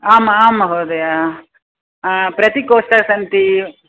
आम् आं महोदय कति कोष्ठाः सन्ति